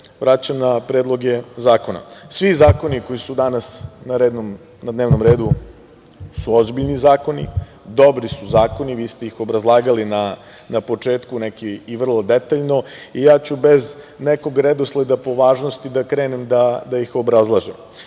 vraćam na predloge zakona. Svi zakoni koji su danas na dnevnom redu su ozbiljni zakoni, dobri su zakoni. Vi ste ih obrazlagali na početku neki i vrlo detaljno i ja ću bez nekog redosleda po važnosti da krenem da ih obrazlažem. Prvi